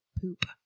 poop